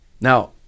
Now